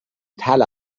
tel